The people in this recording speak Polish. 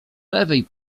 lewej